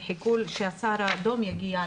חיכו שהסהר האדום יגיע.